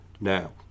Now